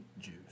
Juice